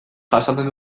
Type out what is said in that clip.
jasaten